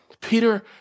Peter